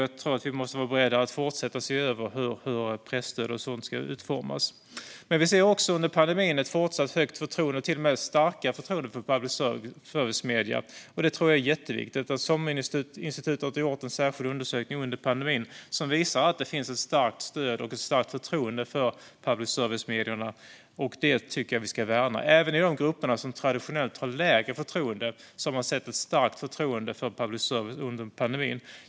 Jag tror att vi måste vara beredda att fortsätta se över hur presstöd och sådant ska utformas. Vi ser under pandemin också ett fortsatt högt - och till och med starkare - förtroende för public service-medier. Det tror jag är jätteviktigt. SOM-institutet har gjort en särskild undersökning under pandemin som visar att det finns ett starkt stöd och ett starkt förtroende för public service-medierna, och det tycker jag att vi ska värna. Även i de grupper som traditionellt har lägre förtroende har man sett ett starkt förtroende för public service under pandemin.